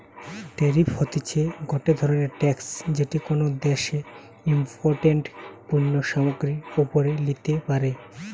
tariff হতিছে গটে ধরণের ট্যাক্স যেটি কোনো দ্যাশে ইমপোর্টেড পণ্য সামগ্রীর ওপরে লিতে পারে